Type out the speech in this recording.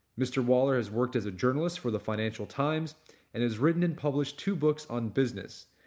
mr. waller has worked as a journalist for the financial times and has written and published two books on business.